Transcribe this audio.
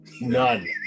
None